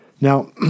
Now